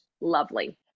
lovely